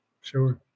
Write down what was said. Sure